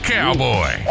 Cowboy